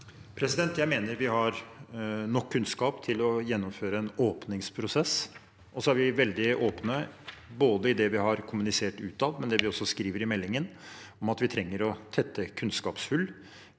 Jeg mener vi har nok kunnskap til å gjennomføre en åpningsprosess. Vi er veldig åpne – både i det vi har kommunisert utad, og i det vi skriver i meldingen – om at vi trenger å tette kunnskapshull